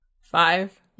Five